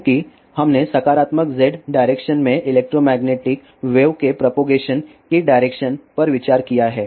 चूंकि हमने सकारात्मक z डायरेक्शन में इलेक्ट्रोमैग्नेटिक वेव के प्रोपागेशन की डायरेक्शन पर विचार किया है